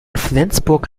flensburg